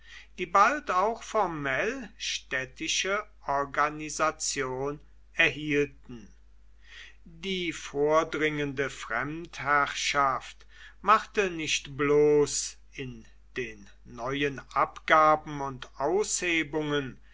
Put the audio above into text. die bald auch formell städtische organisation erhielten die vordringende fremdherrschaft machte nicht bloß in den neuen abgaben und